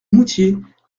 moutier